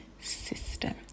system